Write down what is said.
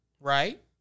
right